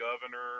governor